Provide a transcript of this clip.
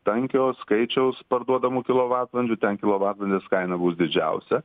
tankio skaičiaus parduodamų kilovatvalandžių ten kilovatvalandės kaina bus didžiausia